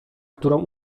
którą